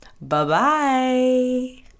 Bye-bye